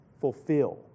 fulfill